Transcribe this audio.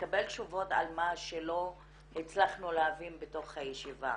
לקבל תשובות על מה שלא הצלחנו להבין בתוך הישיבה.